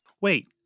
Wait